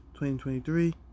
2023